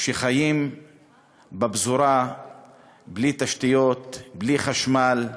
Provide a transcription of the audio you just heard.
על שחיים בפזורה בלי תשתיות, בלי חשמל,